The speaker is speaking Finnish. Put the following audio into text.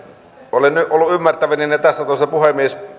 olen ollut ymmärtävinäni että tässä talossa puhemies